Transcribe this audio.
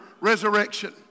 resurrection